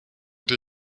der